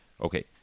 okay